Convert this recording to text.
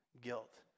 guilt